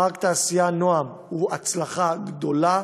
פארק תעשייה נועם הוא הצלחה גדולה,